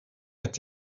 est